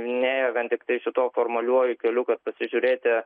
nėjo vien tiktai šituo formaliuoju keliu kad pasižiūrėti